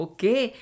Okay